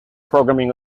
programming